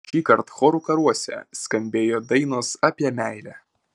šįkart chorų karuose skambėjo dainos apie meilę